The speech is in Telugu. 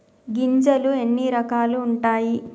గింజలు ఎన్ని రకాలు ఉంటాయి?